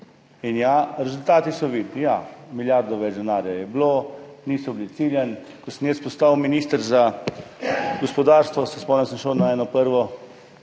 In ja, rezultati so vidni, ja, milijardo več denarja je bilo, niso bili ciljani [ukrepi]. Ko sem jaz postal minister za gospodarstvo, se spomnim, da sem šel na eno prvo